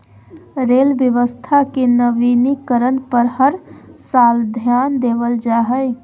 rail व्यवस्था के नवीनीकरण पर हर साल ध्यान देवल जा हइ